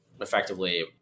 effectively